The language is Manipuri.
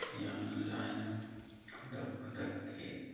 ꯌꯥꯝꯅ ꯂꯥꯏꯅ ꯈꯨꯗꯛ ꯈꯨꯗꯛꯀꯤ